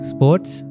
Sports